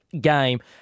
game